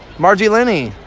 morrow! gene sweeney